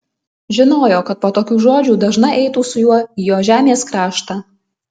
žinojo kad po tokių žodžių dažna eitų su juo į jo žemės kraštą